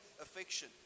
affection